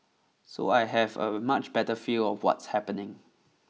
so I have a much better feel of what's happening